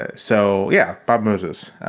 ah so, yeah. bob moses